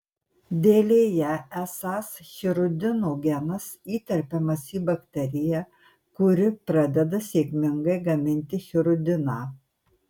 dėlėje esąs hirudino genas įterpiamas į bakteriją kuri pradeda sėkmingai gaminti hirudiną